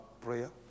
prayer